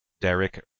Derek